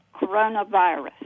coronavirus